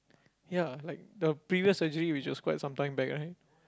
ya like the previous surgery which was quite some time back right